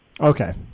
Okay